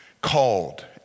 called